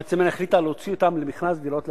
מועצת המינהל החליטה להוציא אותן למכרז דירות להשכרה.